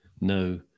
No